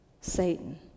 Satan